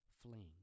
fling